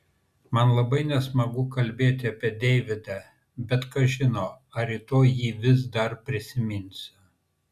man labai nesmagu kalbėti apie deividą bet kas žino ar rytoj jį vis dar prisiminsiu